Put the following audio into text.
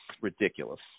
Ridiculous